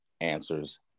answers